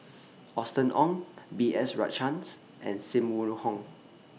Austen Ong B S Rajhans and SIM Wong Hoo